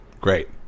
great